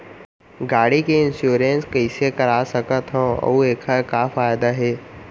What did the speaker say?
गाड़ी के इन्श्योरेन्स कइसे करा सकत हवं अऊ एखर का फायदा हे?